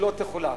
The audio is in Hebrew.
שלא תחולק: